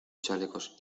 chalecos